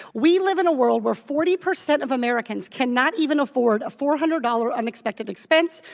we live in a world where forty percent of americans cannot even afford a four hundred dollars unexpected expense.